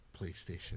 PlayStation